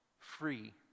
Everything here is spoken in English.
free